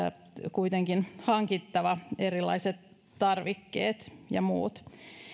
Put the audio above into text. kuitenkin hankittava erilaiset tarvikkeet ja muut